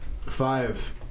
Five